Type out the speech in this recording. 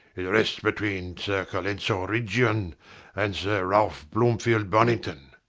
it rests between sir colenso ridgeon and sir ralph bloomfield bonington.